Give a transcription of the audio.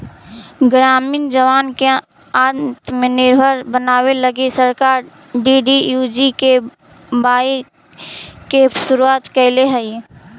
ग्रामीण जवान के आत्मनिर्भर बनावे लगी सरकार डी.डी.यू.जी.के.वाए के शुरुआत कैले हई